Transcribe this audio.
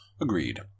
Agreed